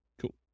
Cool